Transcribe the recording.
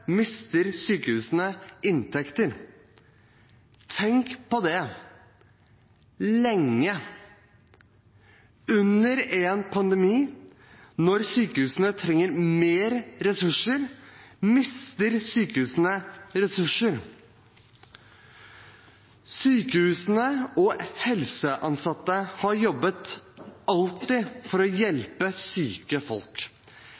mister sykehusene inntekter. Tenk på det. Lenge! Under en pandemi, når sykehusene trenger mer ressurser, mister sykehusene ressurser. Sykehusene og helseansatte har alltid jobbet for å hjelpe syke mennesker. Resultatene gjennom covid-19-pandemien har vist at helsepersonell hjelper folk